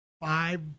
five